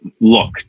look